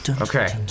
Okay